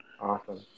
Awesome